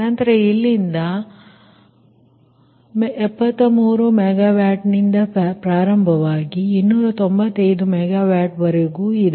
ನಂತರ ಇಲ್ಲಿಂದ 73 ಮೆಗಾವ್ಯಾಟ್ನಿಂದ ಪ್ರಾರಂಭವಾಗಿ 295 ಮೆಗಾವ್ಯಾಟ್ ವರೆಗೂ ಇದೆ